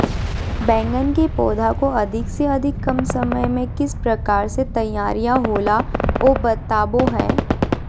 बैगन के पौधा को अधिक से अधिक कम समय में किस प्रकार से तैयारियां होला औ बताबो है?